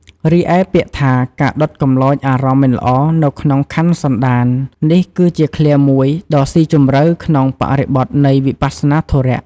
រីឯ ពាក្យថា "ការដុតកម្លោចអារម្មណ៍មិនល្អនៅក្នុងខន្ធសន្តាន" នេះគឺជាឃ្លាមួយដ៏ស៊ីជម្រៅក្នុងបរិបទនៃ វិបស្សនាធុរៈ។